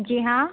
जी हाँ